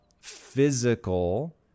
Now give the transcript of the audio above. physical